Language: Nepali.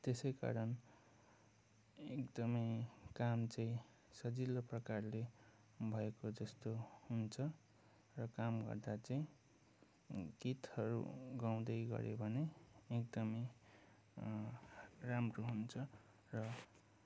त्यसै कारण एकदमै काम चाहिँ सजिलो प्रकारले भएको जस्तो हुन्छ र काम गर्दा चाहिँ गीतहरू गाउँदै गऱ्यो भने एकदमै राम्रो हुन्छ र